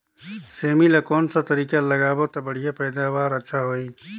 सेमी ला कोन सा तरीका ले लगाबो ता बढ़िया पैदावार अच्छा होही?